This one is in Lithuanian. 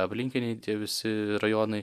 aplinkiniai tie visi rajonai